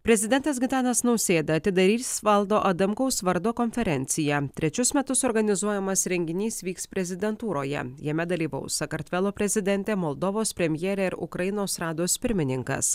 prezidentas gitanas nausėda atidarys valdo adamkaus vardo konferenciją trečius metus organizuojamas renginys vyks prezidentūroje jame dalyvaus sakartvelo prezidentė moldovos premjerė ir ukrainos rados pirmininkas